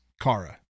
Kara